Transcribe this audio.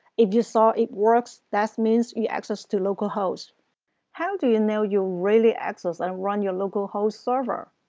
if you saw it works that mean so you access to localhost. how do you and know you really access and run your localhost server?